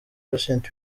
patient